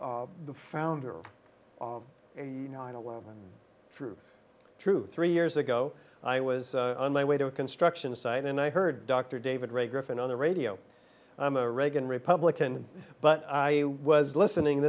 the founder of nine eleven truth true three years ago i was on my way to a construction site and i heard dr david ray griffin on the radio i'm a reagan republican but i was listening